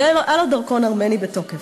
היה לו דרכון ארמני בתוקף,